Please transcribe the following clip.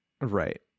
Right